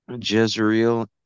Jezreel